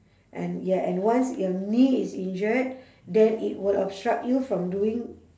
and ya and once your knee is injured then it will obstruct you from doing